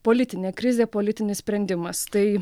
politinė krizė politinis sprendimas tai